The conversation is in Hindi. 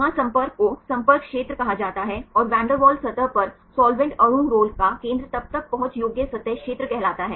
वहाँ संपर्क को संपर्क क्षेत्र कहा जाता है और वान डेर वाल्स सतह पर साल्वेंट अणु रोल का केंद्र तब तक पहुंच योग्य सतह क्षेत्र कहलाता है